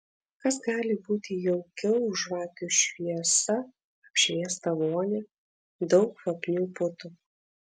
kas gali būti jaukiau už žvakių šviesa apšviestą vonią daug kvapnių putų